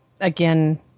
again